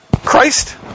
Christ